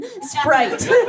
Sprite